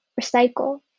recycle